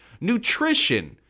nutrition